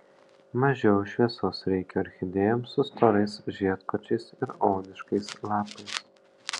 mažiau šviesos reikia orchidėjoms su storais žiedkočiais ir odiškais lapais